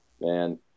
Man